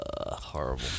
Horrible